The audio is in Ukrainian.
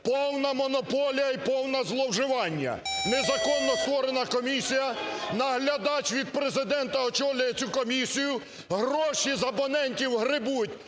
Повна монополія і повне зловживання . Незаконно створена комісія, наглядач від Президента очолює цю комісію. Гроші з абонентів гребуть,